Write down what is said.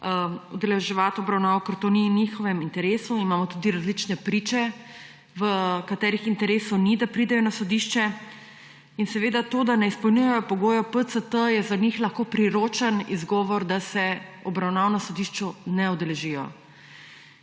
obravnav, ker to ni v njihovem interesu, imamo tudi različne priče, v katerih interesu ni, da pridejo na sodišče, in seveda to, da ne izpolnjujejo pogojev PCT, je za njih lahko priročen izgovor, da se obravnave na sodišču ne udeležijo.